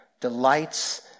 delights